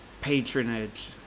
patronage